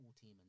team